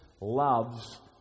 loves